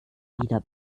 wieder